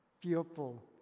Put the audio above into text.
fearful